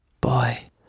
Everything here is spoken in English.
boy